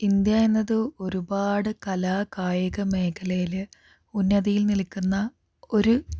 India എന്നത് ഒരുപാട് കലാകായിക മേഖലയിൽ ഉന്നതിയിൽ നിൽക്കുന്ന ഒരു